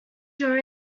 your